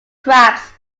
crabs